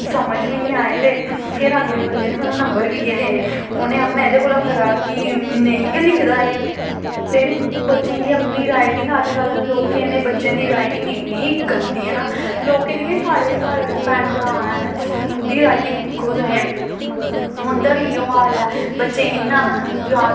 समझ बी निं आए ते फिर सानूं अगले बंदे ने सानूं नंबर बी केह् देने उ'न्नै आखना एह्दे कोला खरा कि नेईं गै लिखदा एह् ते बच्चें गी अपनी राइटिंग अजकल्ल लोकें दे बच्चें दी राइटिंग इन्नी गंदी ऐ ना लोकें दी केह् साढ़े बी घरै बिच्च भैन भ्रा हैन उं'दी राइटिंंग दिक्खो उं'दा बी इ'यो हाल ऐ बच्चें गी इन्ना याद